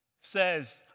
says